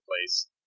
place